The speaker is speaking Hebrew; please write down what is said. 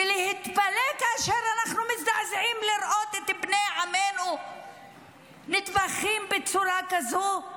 ולהתפלא כאשר אנחנו מזדעזעים לראות את בני עמנו נטבחים בצורה כזאת.